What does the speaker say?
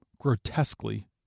grotesquely